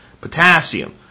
potassium